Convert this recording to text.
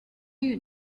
you